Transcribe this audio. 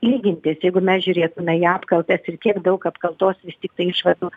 lygintis jeigu mes žiūrėtume į apkaltas ir kiek daug apkaltos vis tiktai išvadų